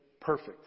perfect